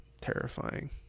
terrifying